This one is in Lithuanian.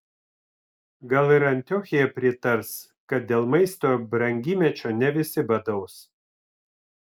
gal ir antiochija pritars kad dėl maisto brangymečio ne visi badaus